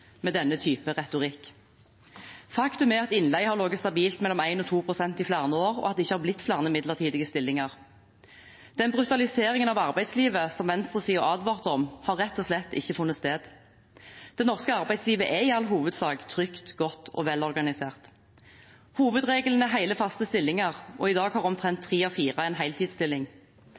med denne typen retorikk. Faktum er at innleie har ligget stabilt mellom 1 og 2 pst. i flere år, og at det ikke har blitt flere midlertidige stillinger. Den brutaliseringen av arbeidslivet som venstresiden advarte mot, har rett og slett ikke funnet sted. Det norske arbeidslivet er i all hovedsak trygt, godt og velorganisert. Hovedregelen er hele, faste stillinger, og i dag har omtrent tre av fire en heltidsstilling.